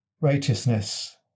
righteousness